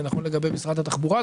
זה נכון לגבי משרד התחבורה,